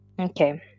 Okay